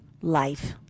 life